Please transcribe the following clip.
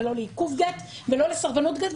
לא לעיכוב גט ולא לסרבנות גט,